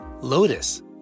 Lotus